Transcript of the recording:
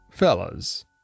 Fellas